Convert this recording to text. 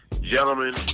Gentlemen